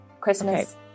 Christmas